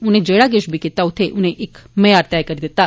उनें जे़ा किश बी कीता उत्थे उनें इक म्यार तय करी दित्ता